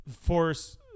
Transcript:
Force